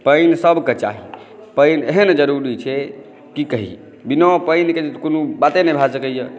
पानि सभके चाही पानि एहन ज़रूरी छै की कही बिना पानिके कोनो बाते नहि भऽ सकैए